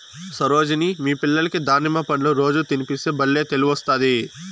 సరోజిని మీ పిల్లలకి దానిమ్మ పండ్లు రోజూ తినిపిస్తే బల్లే తెలివొస్తాది